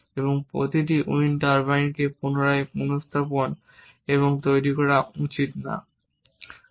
এবং প্রতিটি উইন্ড টারবাইনকে পুনরায় উপস্থাপন এবং তৈরি করা উচিত যদি না